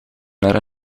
naar